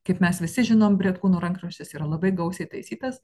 kaip mes visi žinom bretkūno rankraštis yra labai gausiai taisytas